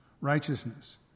righteousness